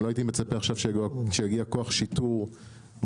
אני לא הייתי מצפה עכשיו שיגיע כוח שיטור מיוחד